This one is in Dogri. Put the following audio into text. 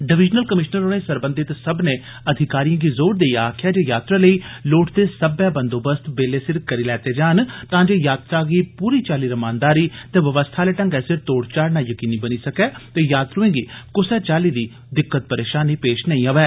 डिविजनल कमीषनर होरें सरबंधत सब्बने अधिकारिएं गी जोर देइयै आक्खेआ जे यात्रा लेई लोड़चदे सब्बै बंदोबस्त बेले सिर करी लैते जान तां जे यात्रा गी पूरी चाल्ली रमानदारी ते बवस्था आले ढंगै सिर तोड़ चाढ़ना जकीनी बनी सकै ते यात्रएं गी कुसै चाल्ली दी कोई दिक्कत परेषानी पेष नेईं आवै